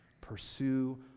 pursue